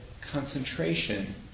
concentration